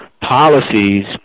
policies